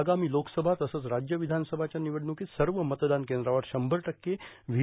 आगामी लोकसभा तसंच राज्य विधानसभांच्या निवडणुकीत सर्व मतदान केंद्रांवर शंभर टक्के व्ही